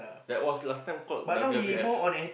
that was last time called W_W_F